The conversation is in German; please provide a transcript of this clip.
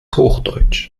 hochdeutsch